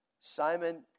Simon